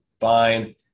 fine